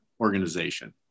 organization